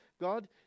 God